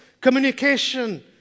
communication